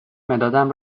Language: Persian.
مدادم